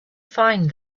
find